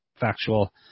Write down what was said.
factual